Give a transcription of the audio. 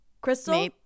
Crystal